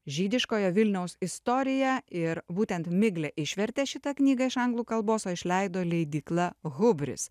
žydiškojo vilniaus istorija ir būtent miglė išvertė šitą knygą iš anglų kalbos o išleido leidykla hubris